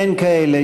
אין כאלה.